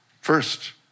First